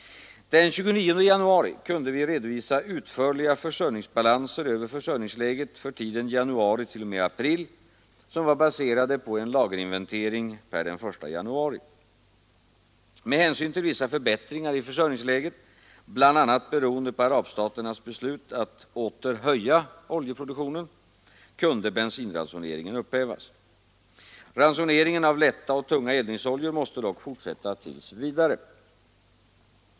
Den 29 januari kunde vi redovisa utförliga försörjningsbalanser över försörjningsläget för tiden januari—april, baserade på en lagerinventering per den 1 januari. Med hänsyn till vissa förbättringar i försörjningsläget, bl.a. beroende på arabstaternas beslut att åter höja oljeproduktionen, kunde bensinransoneringen upphävas. Ransoneringen av lätta och tunga eldningsoljor måste dock fortsätta tills vidare.